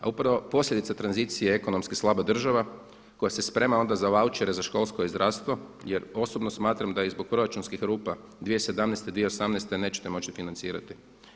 A upravo posljedica tranzicije ekonomske je slaba država koja se sprema onda za vaučere za školstvo i zdravstvo jer osobno smatram da i zbog proračunskih rupa 2017., 2018. nećete moći financirati.